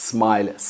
Smile